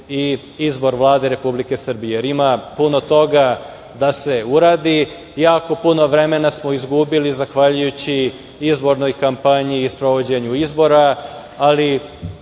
i izbor Vlade Republike Srbije, jer ima puno toga da se uradi. Jako puno vremena smo izgubili zahvaljujući izbornoj kampanji i sprovođenju izbora, ali